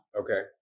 okay